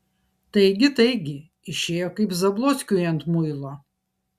taigi taigi išėjo kaip zablockiui ant muilo